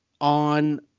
on